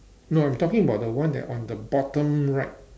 no I'm talking about the one that on the bottom right